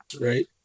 right